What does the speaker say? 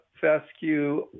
fescue